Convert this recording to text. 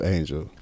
Angel